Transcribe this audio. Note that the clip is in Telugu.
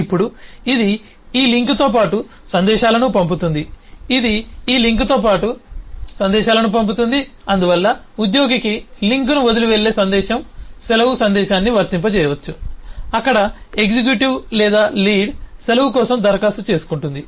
ఇప్పుడు ఇది ఈ లింక్తో పాటు సందేశాలను పంపుతుంది ఇది ఈ లింక్తో పాటు సందేశాలను పంపుతుంది అందువల్ల ఉద్యోగికి లింక్ను వదిలి వెళ్ళే సందేశం సెలవు సందేశాన్ని వర్తింపజేయవచ్చు అక్కడ ఎగ్జిక్యూటివ్ లేదా లీడ్ సెలవు కోసం దరఖాస్తు చేసుకుంటుంది